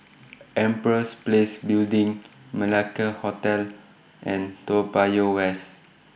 Empress Place Building Malacca Hotel and Toa Payoh West